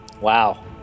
wow